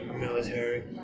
military